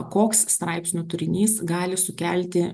koks straipsnių turinys gali sukelti